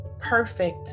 perfect